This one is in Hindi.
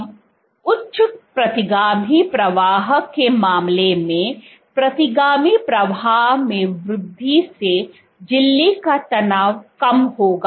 अब उच्च प्रतिगामी प्रवाह के मामले में प्रतिगामी प्रवाह में वृद्धि से झिल्ली का तनाव कम होगा